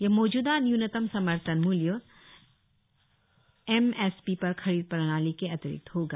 यह मौजूदा न्यूनतम समर्थन मूल्य एम एस पी पर खरीद प्रणाली के अतिरिक्त होगा